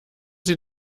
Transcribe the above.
sie